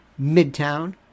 Midtown